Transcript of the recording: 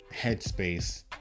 headspace